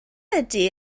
ydy